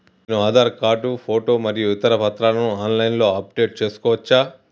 నేను Aadhaar card photo మరియు ఇతర పత్రాలను ఆన్ లైన్ అప్ డెట్ చేసుకోవచ్చా?